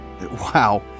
wow